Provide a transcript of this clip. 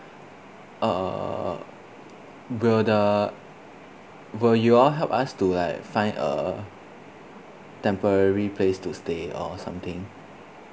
uh will the will you all help us to like find a temporary place to stay or something